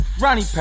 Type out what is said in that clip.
Ronnie